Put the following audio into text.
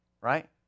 right